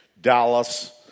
Dallas